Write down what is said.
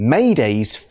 Mayday's